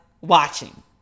watching